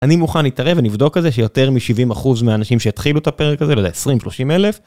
אני מוכן להתערב, ונבדוק את זה, שיותר מ-70% מהאנשים שיתחילו את הפרק הזה, לא יודע, 20-30 אלף.